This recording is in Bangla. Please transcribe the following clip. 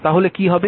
তাহলে কী হবে